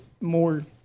more